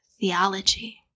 theology